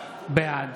בעד